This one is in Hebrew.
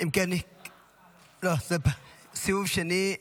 סיבוב שני.